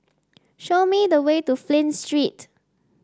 show me the way to Flint Street